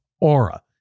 Aura